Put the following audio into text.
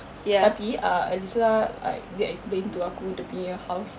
tapi uh elisa like dia explain to aku like dia punya how